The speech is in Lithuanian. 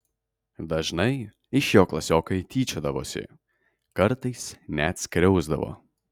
dažnai iš jo klasiokai tyčiodavosi kartais net skriausdavo